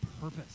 purpose